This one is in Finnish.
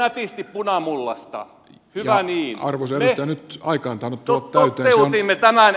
ja arvoisa edustaja nyt aika on tainnut tulla täyteen